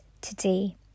today